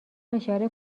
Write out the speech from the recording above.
اشاره